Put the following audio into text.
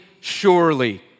surely